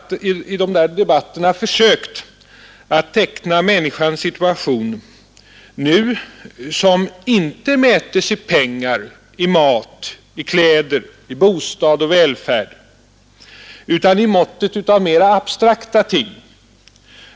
Jag har i de där debatterna försökt att teckna människans situation nu, som inte mätes i pengar, i mat, i kläder, i bostad och välfärd utan i måttet av mera abstrakta ting.